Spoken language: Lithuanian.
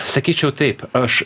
sakyčiau taip aš